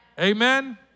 Amen